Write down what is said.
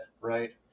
right